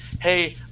hey